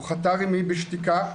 הוא חתר עמי בשתיקה,